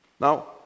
Now